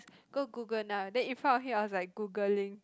go Google now then in front of him I was like Googling